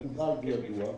מקובל וידוע.